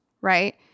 right